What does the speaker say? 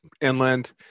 inland